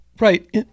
Right